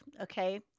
okay